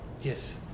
Yes